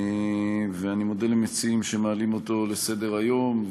ואני מודה למציעים שמעלים אותו על סדר-היום.